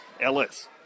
Ellis